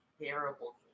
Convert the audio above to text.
terrible